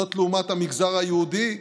זאת לעומת המגזר היהודי,